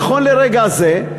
נכון לרגע זה,